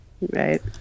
right